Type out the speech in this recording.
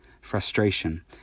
frustration